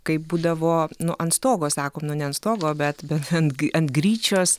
kai būdavo nu ant stogo sako nu ne ant stogo bet ant ant gryčios